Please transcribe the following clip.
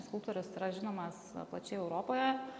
skulptorius yra žinomas plačiai europoje